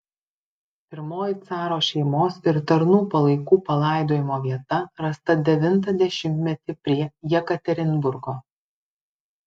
pirmoji caro šeimos ir tarnų palaikų palaidojimo vieta rasta devintą dešimtmetį prie jekaterinburgo